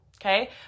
okay